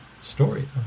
story